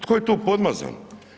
Tko je tu podmazan?